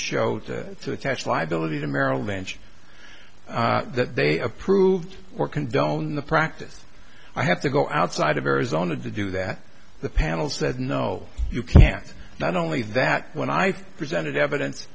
show to attach liability to merrill lynch that they approved or condone the practice i have to go outside of arizona to do that the panel said no you can't not only that when i presented